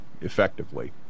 effectively